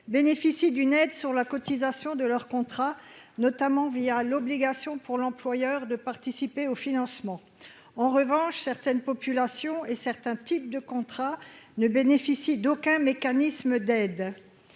bénéficient d'une aide sur la cotisation de leur contrat, notamment via l'obligation pour l'employeur de participer au financement, en revanche, certaines populations et certains types de contrats ne bénéficie d'aucun mécanisme d'aide